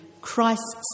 Christ's